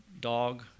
dog